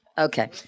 Okay